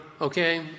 okay